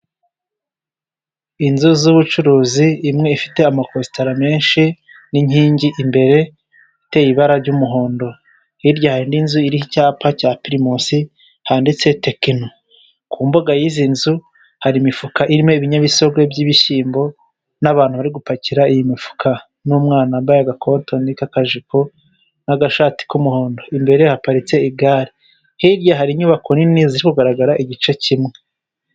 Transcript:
Inzu z'ubucuruzi imwe ifite amakositara menshi n'inkingi imbere, iteye ibara ry'umuhondo hirya hari n'inzu, iriho icyapa cya primusi handitse tekino ku mbuga y'izi nzu hari imifuka irimo ibinyabisogwe by'ibishyimbo, n'abantu bari gupakira iyi mifuka, n'umwana wambaye agakotoni k'akajipo n'agashati k'umuhondo, imbere haparitse igare, hirya hari inyubako nini ziri kugaragara igice kimwe.